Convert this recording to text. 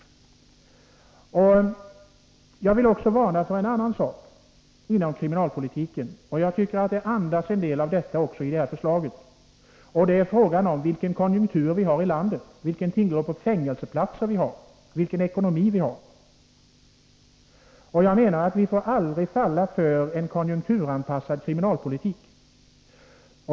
Jag vill också varna för en annan sak inom kriminalpolitiken — och jag tycker att en del av detta andas också i det här förslaget — nämligen för att ta hänsyn till vilken konjunktur, vilken tillgång på fängelseplatser och vilken ekonomi vi har i landet. Vi får enligt min uppfattning aldrig falla för att tillämpa konjunkturanpassad kriminalpolitik.